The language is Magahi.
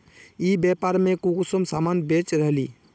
ई व्यापार में कुंसम सामान बेच रहली?